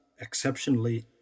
exceptionally